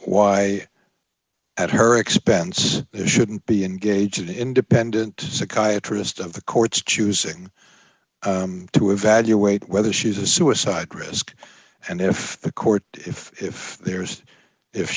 why at her expense it shouldn't be engage and independent psychiatrist of the courts choosing to evaluate whether she's a suicide risk and if the court if there's if